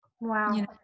Wow